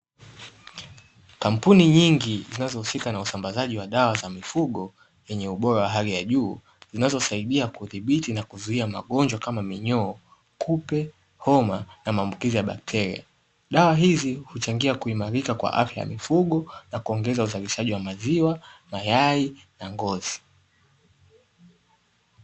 Kampuni nyingi zinazohusika na usambazaji wa dawa za mifugo yenye ubora wa hali ya juu ,zinazosaidia kudhibiti na kuzuia magonjwa kama minyoo kupe homa na maambukizi ya bakteria. Dawa hizi huchangia kuimarika kwa afya ya mifugo na kuongeza uzalishaji wa maziwa, mayai na ngozi.